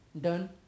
done